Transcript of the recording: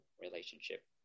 relationship